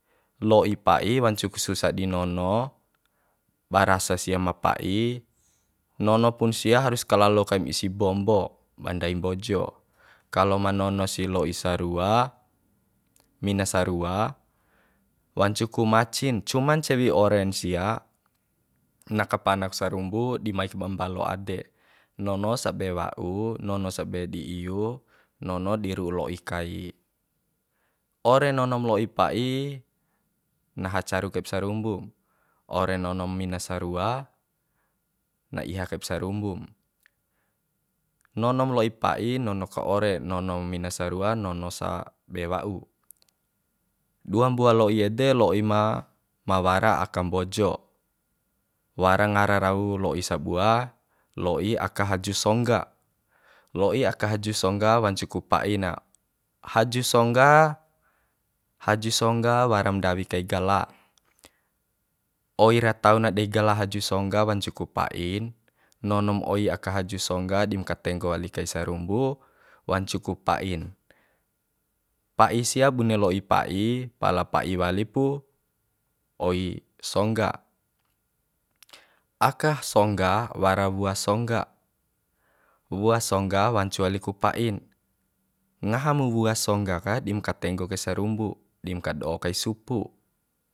Lo'i pa'i wancu ku susah di nono barasa sia ma pa'i nono pun sia harus kalalo kaim isi bombo ba ndai mbojo kalo ma nono sih lo'i sarua mina sarua wancu ku macin cuman ncewi oren sia na kapanak sarumbu di mai kaib mbalo ade nono ra be wa'u nono sabe di iu nono di ru'u lo'i kai ore nonom lo'i pa'i ngaha car kaib sarumbu ore nonom mina sarua na iha kaib sarumbum nonom lo'i pa'i nono ka ore nonom mina sarua nono sa be wa'u dua mbua lo'i ede lo'i ma wara aka mbojo wara ngara rau lo'i sabua lo'i aka haju songga lo'i aka haju songga wancu ku pa'i na haju songga haju songga waram ndawi kai gala oi ra tau na dei gala haju songga wancu ku pa'in nonom oi aka haju songga dim ka tenggo li kai sarumbu wancu ku pa'in pa'i sia bune lo'i pa'i pala pa'i wali pu oi songga aka songga wara wua songga wua songga wancu wali ku pa'in ngaha mu wua songga ka dim ka tenggo kai sarumbu dim ka do'o kai supu